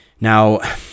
Now